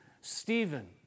Stephen